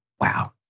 Wow